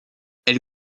elle